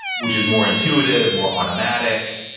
which is more intuitive, more automatic.